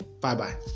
bye-bye